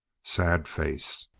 sad face.